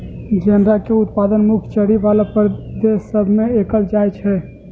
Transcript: जनेरा के उत्पादन मुख्य चरी बला प्रदेश सभ में कएल जाइ छइ